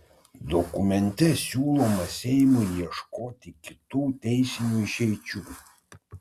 dokumente siūloma seimui ieškoti kitų teisinių išeičių